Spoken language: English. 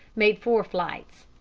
made four flights.